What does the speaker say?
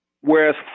Whereas